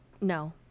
No